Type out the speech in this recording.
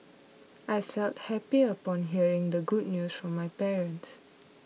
I felt happy upon hearing the good news from my parents